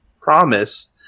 promise